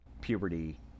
puberty